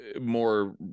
more